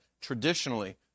traditionally